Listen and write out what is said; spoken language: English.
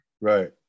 right